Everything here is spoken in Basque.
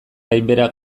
gainbehera